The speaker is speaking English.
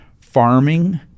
farming